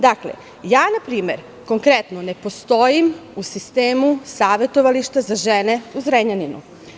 Dakle, ja, na primer, konkretno, ne postojim u sistemu savetovališta za žene u Zrenjaninu.